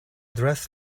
dress